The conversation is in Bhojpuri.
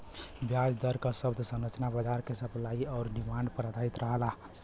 ब्याज दर क शब्द संरचना बाजार क सप्लाई आउर डिमांड पर आधारित रहला